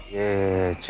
a